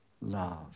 love